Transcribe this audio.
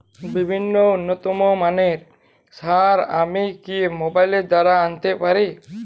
বিভিন্ন উন্নতমানের সার আমি কি মোবাইল দ্বারা আনাতে পারি?